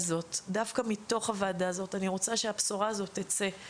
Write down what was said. אני רוצה שהבשורה הזאת תצא דווקא מתוך הוועדה הזאת,